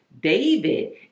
David